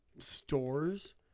Stores